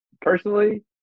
personally